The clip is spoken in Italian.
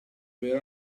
per